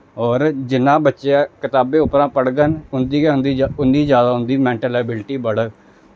होर जिन्ना बच्चे कताबै उप्परा पढ़ङन उं'दी गै उं'दी उन्नी जादा उं'दी मैन्टल एविलिटी बड़ग